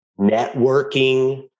networking